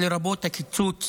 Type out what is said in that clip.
לרבות הקיצוץ